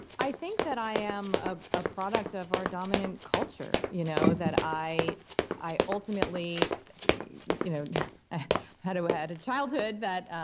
i think that i am ah a product of our dominant culture. you know that i i ultimately you know ah i had a childhood that